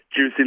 juicing